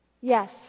Yes